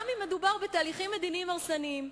גם אם מדובר בתהליכים מדיניים הרסניים.